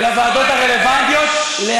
ולוועדות הרלוונטיות, ששש.